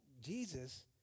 Jesus